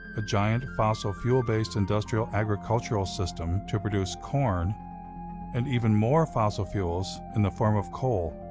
a giant, fossil fuel based, industrial agricultural system to produce corn and even more fossil fuels, in the form of coal.